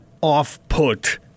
off-put